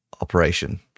Operation